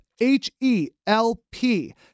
H-E-L-P